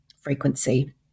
frequency